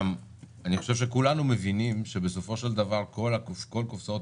כולנו מבינים שבסופו של דבר כל קופסאות